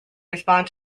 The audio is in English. respond